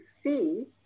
see